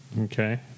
Okay